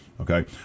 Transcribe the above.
Okay